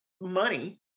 money